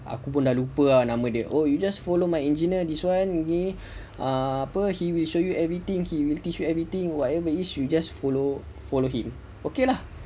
aku pun dah lupa lah nama dia oh you just follow my engineer this one gini gini he will show you everything he will teach you everything whatever it is just follow follow him okay lah